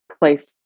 place